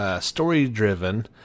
story-driven